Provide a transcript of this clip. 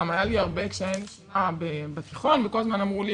גם היה לי הרבה קשיי נשימה בתיכון וכל הזמן אמרו לי,